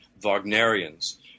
Wagnerians